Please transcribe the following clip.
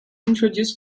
introduced